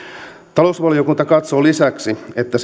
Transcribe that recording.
talousvaliokunta katsoo lisäksi että